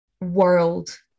world